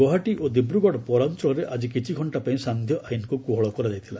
ଗୌହାଟୀ ଓ ଦିବ୍ରଗଡ଼ ପୌରାଞ୍ଚଳରେ ଆଜି କିଛି ଘଣ୍ଟା ପାଇଁ ସାନ୍ଧ୍ୟ ଆଇନ୍କୁ କୋହଳ କରାଯାଇଥିଲା